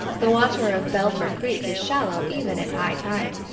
the water of belpher creek is shallow even at high tide,